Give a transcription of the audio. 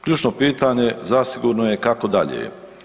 Ključno pitanje zasigurno je kako dalje?